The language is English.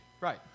Right